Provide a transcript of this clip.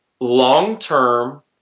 long-term